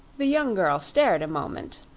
the young girl stared a moment,